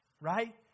right